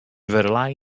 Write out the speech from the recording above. verlai